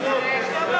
בשתי מדינות,